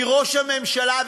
כי ראש הממשלה,